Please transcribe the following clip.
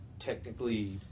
Technically